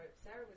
Sarah